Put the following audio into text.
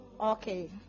Okay